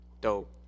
Dope